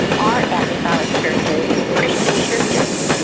are apostolic churches christian churches?